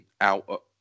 out